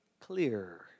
clear